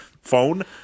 phone